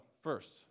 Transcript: first